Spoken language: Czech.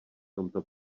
tomto